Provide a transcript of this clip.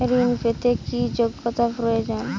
ঋণ পেতে কি যোগ্যতা প্রয়োজন?